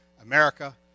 America